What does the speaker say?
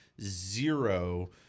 zero